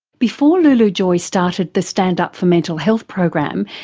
before lulu joy started the stand up for mental health program,